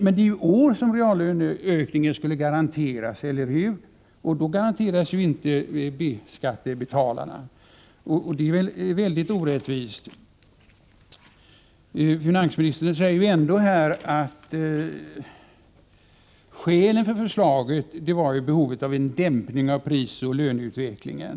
Det skulle ju garanteras att reallöneökningen skulle bli i år, men B-skattebetalarna får ju ingen ökning under 1985, vilket är mycket orättvist. Finansministern skrev i propositionen att skälet till förslaget var behovet av en dämpning av prisoch löneutvecklingen.